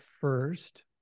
first